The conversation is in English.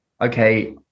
okay